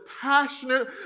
passionate